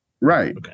Right